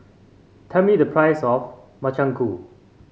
tell me the price of Makchang Gui